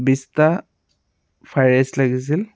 বিছটা fried rice লাগিছিল